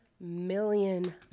million